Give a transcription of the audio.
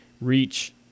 reach